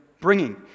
bringing